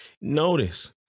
notice